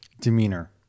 demeanor